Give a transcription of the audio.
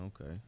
Okay